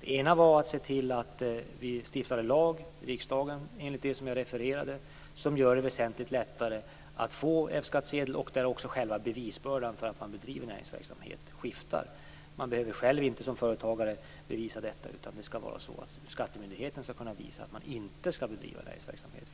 Den ena vägen var att se till att riksdagen stiftade en lag - enligt det som jag refererade - som gör det väsentligt lättare att få en F-skattsedel samtidigt som bevisbördan för att man bedriver näringsverksamhet ändras. Som företagare behöver man inte bevisa detta utan det är skattemyndigheten som skall kunna visa att man inte bedriver näringsverksamhet.